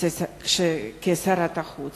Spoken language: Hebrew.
כשרת החוץ.